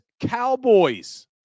Cowboys